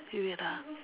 you wait ah